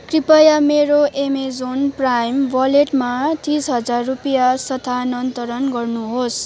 कृपया मेरो Amazon Prime वालेटमा रुपियाँ तिस हजार स्थानन्तरण गर्नुहोस्